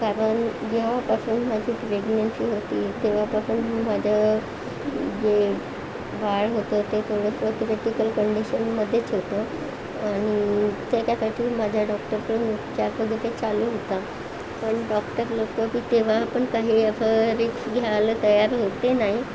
कारण जेव्हापासून माझी प्रेगनेन्सी होती तेव्हापासून मी माझे जे बाळ होते ते थोडेसे क्रिटिकल कंडीशनमध्येच होतं आणि त्याच्यासाठी माझ्या डॉक्टरकडून उपचार वगैरे चालू होता पण डॉक्टर लोकंबी तेव्हा त्यांनी असे रिक्स घ्यायला तयार होते नाही